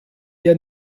der